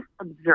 observe